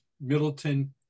middleton